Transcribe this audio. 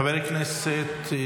חברי הכנסת,